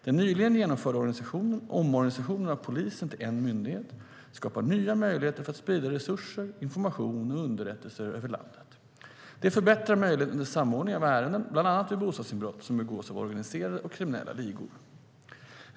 Den nyligen genomförda omorganisationen av polisen till en myndighet skapar nya möjligheter för att sprida resurser, information och underrättelser över landet. Det förbättrar möjligheten till samordning av ärenden, bland annat vid bostadsinbrott som begås av organiserade och kriminella ligor.